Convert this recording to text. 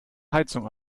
heizung